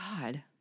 God